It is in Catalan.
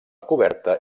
coberta